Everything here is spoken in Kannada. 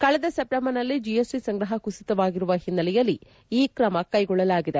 ಕಳೆದ ಸೆಪ್ಟೆಂಬರ್ನಲ್ಲಿ ಜಿಎಸ್ಟಿ ಸಂಗ್ರಹ ಕುಸಿತವಾಗಿರುವ ಹಿನ್ನೆಲೆಯಲ್ಲಿ ಈ ಕ್ರಮ ಕೈಗೊಳ್ಳಲಾಗಿದೆ